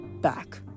back